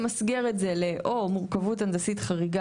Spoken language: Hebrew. למסגר את זה ל- או מורכבות הנדסית חריגה